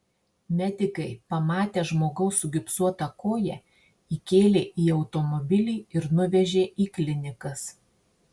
medikai pamatę žmogaus sugipsuotą koją įkėlė į automobilį ir nuvežė į klinikas